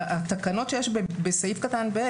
התקנות שיש בסעיף קטן (ב),